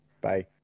Bye